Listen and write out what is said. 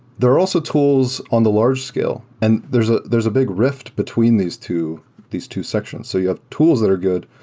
there are also tools on the large scale, and there's ah there's a big rift between these two these two sections. so you have tools that are good,